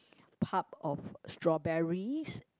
pub of strawberries